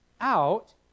out